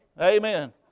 Amen